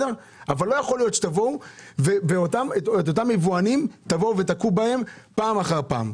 אבל לא יכול להיות שתבואו ובאותם יבואנים תכו פעם אחר פעם.